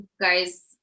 Guys